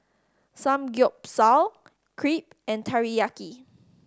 Samgyeopsal Crepe and Teriyaki